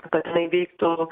kad jinai veiktų